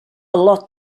lot